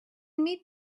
meet